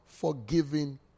forgiving